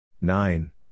Nine